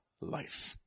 life